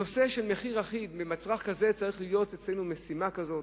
נושא של מחיר אחיד במצרך כזה צריך להיות אצלנו משימה כזאת,